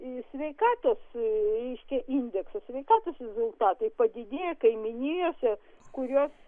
sveikatos reiškia indeksas sveikatos rezultatai padidėja kaiminijose kurios